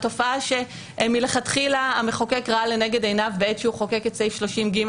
התופעה שמלכתחילה המחוקק ראה לנגד עיניו בעת שהוא חוקק את סעיף 30(ג),